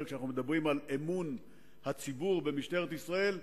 כשאנחנו מדברים על אמון הציבור במשטרת ישראל,